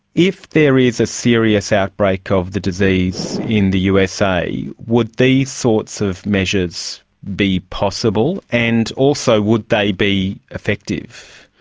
if there is a serious outbreak of the disease in the usa, would these sorts of measures be possible, and also would they be effective?